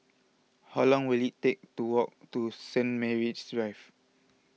how long will it take to walk to Saint Martin's Drive